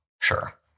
Sure